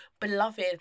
beloved